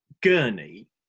Gurney